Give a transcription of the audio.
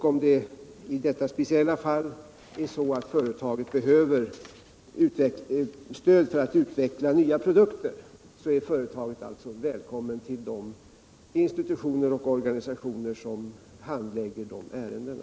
Om i detta speciella fall företaget behöver stöd för att utveckla nya produkter är företaget alltså välkommet till de institutioner och organisationer som handlägger de ärendena.